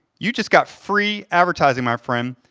you just got free advertising, my friend.